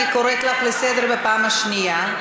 אני קוראת לך לסדר בפעם השנייה.